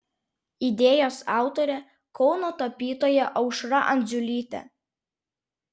idėjos autorė kauno tapytoja aušra andziulytė